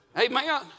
Amen